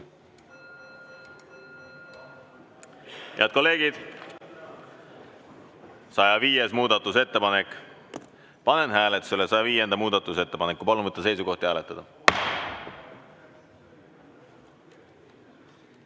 Head kolleegid, 105. muudatusettepanek. Panen hääletusele 105. muudatusettepaneku. Palun võtta seisukoht ja hääletada!